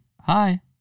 Hi